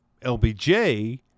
LBJ